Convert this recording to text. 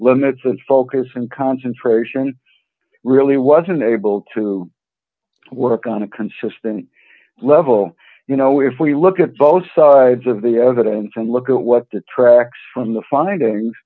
limits of focus and concentration really wasn't able to work on a consistent level you know if we look at both sides of the evidence and look at what detracts from the findings